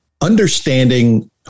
understanding